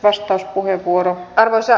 arvoisa puhemies